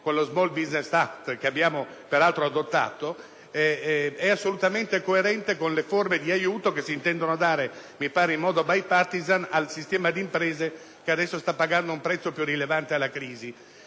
con lo *Small business act*, che peraltro abbiamo adottato, è assolutamente coerente con le forme di aiuti che si intendono dare in modo *bipartisan* al sistema di imprese, che adesso sta pagando un prezzo più rilevante alla crisi.